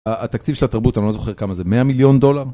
התקציב של התרבות, אני לא זוכר כמה זה, 100 מיליון דולר?